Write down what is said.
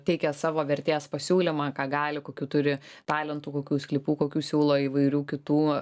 teikia savo vertės pasiūlymą ką gali kokių turi talentų kokių sklypų kokių siūlo įvairių kitų